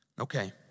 Okay